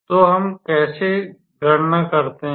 तो हम कैसे गणना करते हैं